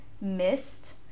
missed